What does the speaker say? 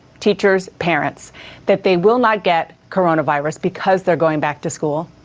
teachers, parents that they will not get coronavirus because they're going back to school?